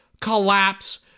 collapse